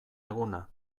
eguna